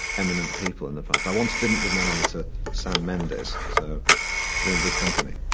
eminent people in the past. i once didn't give my number to sam mendes. so you're in good company.